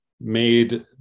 made